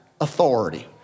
authority